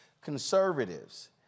Conservatives